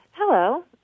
Hello